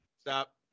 stop